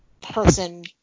person